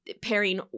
Pairing